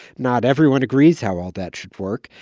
not everyone agrees how all that should work.